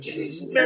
Jesus